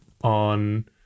on